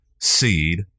seed